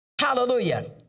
Hallelujah